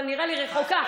אבל נראה לי רחוקה,